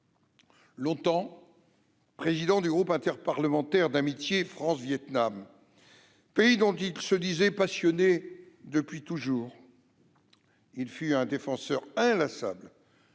Longtemps président du groupe interparlementaire d'amitié France-Vietnam- pays dont il se disait « passionné depuis toujours »-, il fut un défenseur inlassable